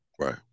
Right